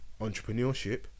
entrepreneurship